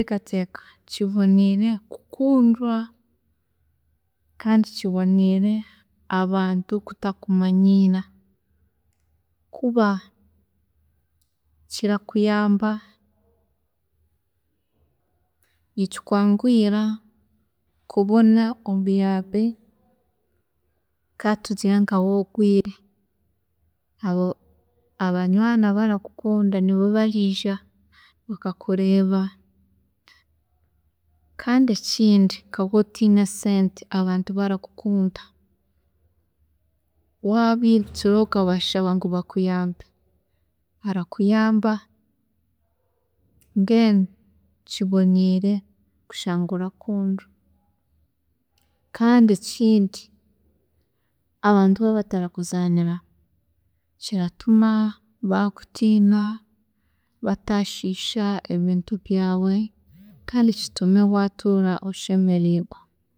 Ndateekateeka kiboniire kukundwa kandi kiboniire abantu kutakumanyiira kuba kirakuyamba, nikikwanguhira kubona obuyambi katugire nka waaba orwiire, abo abanywaani abarakukunda nibo bariija bakakureeba, kandi ekindi nka waaba otiine sente abantu abarakukunda, wabiirukiraho okabashaba ngu bakuyambe, barakuyamba. Mbwenu kiboniire kushanga orakundwa, kandi ekindi abantu baaba batarakuzaaniraho kiratuma baakutiina batashiisha ebintu byaawe kandi kitume waatuura oshemereirwe.